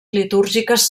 litúrgiques